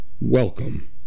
welcome